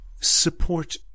support